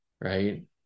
right